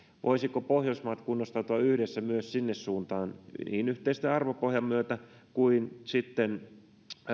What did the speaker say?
voisivatko pohjoismaat kunnostautua yhdessä myös sinne suuntaan niin yhteisen arvopohjan myötä kuin